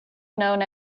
known